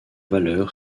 valeur